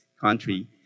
country